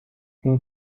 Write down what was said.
این